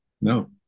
No